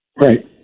Right